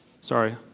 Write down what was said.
sorry